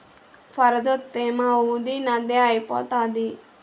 వరదొత్తే మా ఈది నదే ఐపోతాది